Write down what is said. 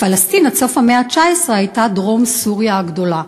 "פלסטין עד סוף המאה ה-19 הייתה דרום סוריה הגדולה".